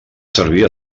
servir